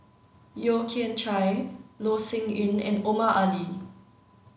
Yeo Kian Chye Loh Sin Yun and Omar Ali